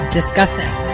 discussing